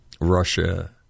Russia